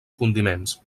condiments